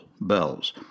bells